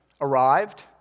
arrived